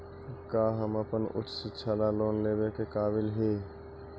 का हम अपन उच्च शिक्षा ला लोन लेवे के काबिल ही?